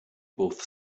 both